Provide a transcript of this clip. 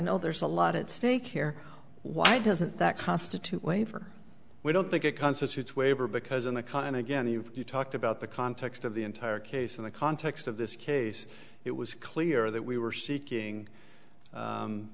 know there's a lot at stake here why doesn't that constitute waiver we don't think it constitutes waiver because in the kind again you've talked about the context of the entire case in the context of this case it was clear that we were seeking